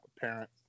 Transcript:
parent